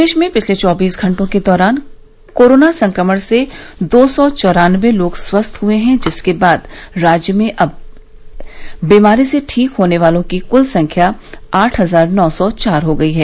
प्रदेश में पिछले चौबीस घंटों के दौरान कोरोना संक्रमण से दो सौ चौरानबे लोग स्वस्थ हुए हैं जिसके बाद राज्य में अब तक बीमारी से ठीक होने वालों की कुल संख्या आठ हजार नौ सौ चार हो गई है